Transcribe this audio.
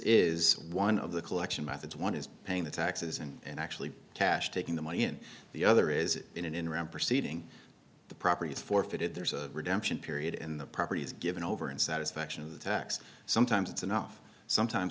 is one of the collection methods one is paying the taxes and actually cash taking the money and the other is in an interim proceeding the property is forfeited there's a redemption period in the property is given over and satisfaction of the tax sometimes it's enough sometimes